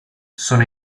sono